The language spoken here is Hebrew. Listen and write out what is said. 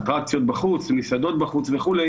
אטרקציות בחוץ, מסעדות בחוץ וכו'